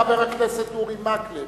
חבר הכנסת אורי מקלב.